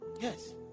Yes